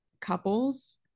couples